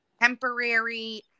temporary